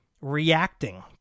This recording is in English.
reacting